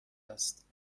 است